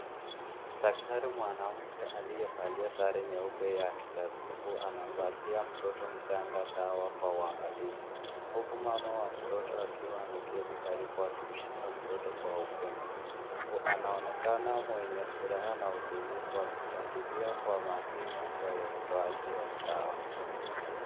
Daktari mwanamke aliyevalia sare nyeupe ya kitabibu anampatia mtoto dawa kwa uwangalifu huku mama wa mtoto akiwa ameketi karibu akimshika mtoto kwa upendo. Anaonekana na furaha na utulivu akifuatilia kwa makini hatua ya utoaji wa dawa.